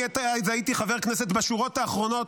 אני הייתי חבר כנסת בשורות האחרונות,